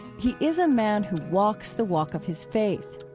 he is a man who walks the walk of his faith.